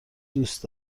دوست